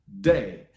day